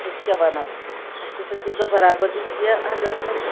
أسۍ کیاہ وَنو اسہِ تہِ چھَنہ تیٖژاہ برابٔدی کینہہ